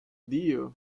dio